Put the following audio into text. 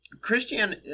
Christian